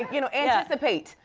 you know, anticipate.